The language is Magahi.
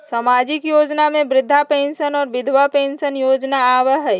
सामाजिक योजना में वृद्धा पेंसन और विधवा पेंसन योजना आबह ई?